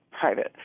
private